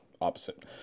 opposite